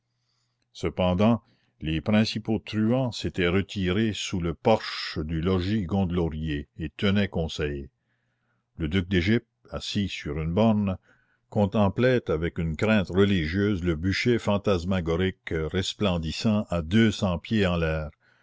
cependant les principaux truands s'étaient retirés sous le porche du logis gondelaurier et tenaient conseil le duc d'égypte assis sur une borne contemplait avec une crainte religieuse le bûcher fantasmagorique resplendissant à deux cents pieds en l'air